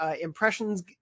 impressions